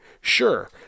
sure